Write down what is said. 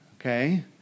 okay